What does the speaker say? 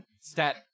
Stat